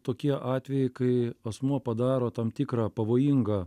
tokie atvejai kai asmuo padaro tam tikrą pavojingą